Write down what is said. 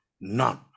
None